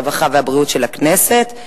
הרווחה והבריאות של הכנסת.